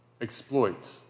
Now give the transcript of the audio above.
exploit